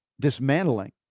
dismantling